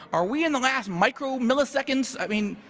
are we in the last micro milliseconds? i mean,